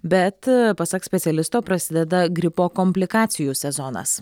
bet pasak specialisto prasideda gripo komplikacijų sezonas